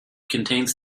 contains